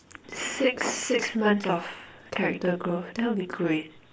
six six months of character growth that'll be great